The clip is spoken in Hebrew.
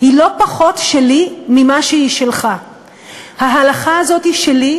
היא לא פחות שלי ממה שהיא שלך.